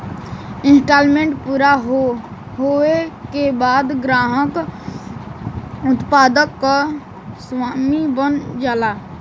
instalment पूरा होये के बाद ग्राहक उत्पाद क स्वामी बन जाला